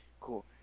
cool